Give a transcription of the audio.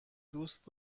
دوست